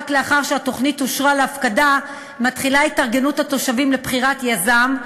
רק לאחר שהתוכנית אושרה להפקדה מתחילה התארגנות התושבים לבחירת יזם,